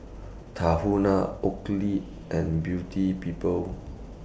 Tahuna Oakley and Beauty People